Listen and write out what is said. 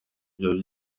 ivyo